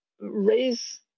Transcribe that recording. Raise